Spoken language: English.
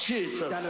Jesus